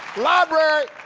library.